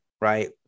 right